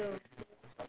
video